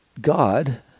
God